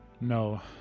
no